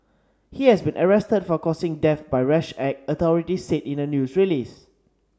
he has been arrested for causing death by rash act authorities said in a news release